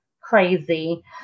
crazy